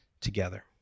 together